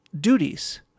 duties